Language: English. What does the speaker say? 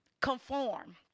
conform